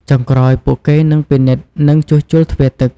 ចុងក្រោយ ពួកគេនឹងពិនិត្យ និងជួសជុលទ្វារទឹក។